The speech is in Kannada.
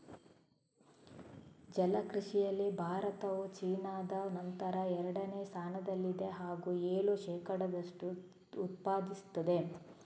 ಜಲ ಕೃಷಿಯಲ್ಲಿ ಭಾರತವು ಚೀನಾದ ನಂತರ ಎರಡನೇ ಸ್ಥಾನದಲ್ಲಿದೆ ಹಾಗೂ ಏಳು ಶೇಕಡದಷ್ಟು ಉತ್ಪಾದಿಸುತ್ತದೆ